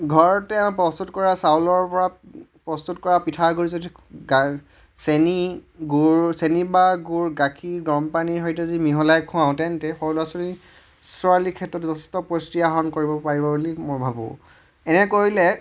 ঘৰতে প্ৰস্তুত কৰা চাউলৰ পৰা প্ৰস্তুত কৰা পিঠাগুড়ি যদি গা চেনি গুড় চেনী বা গুড় গাখীৰ গৰম পানীৰ সৈতে যদি মিহলাই খুৱাওঁ তেন্তে সৰু ল'ৰা ছোৱালী ছোৱালীৰ ক্ষেত্ৰত যথেষ্ট পুষ্টি আহৰণ কৰিব পাৰিব বুলি মই ভাবোঁ এনে কৰিলে